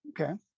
Okay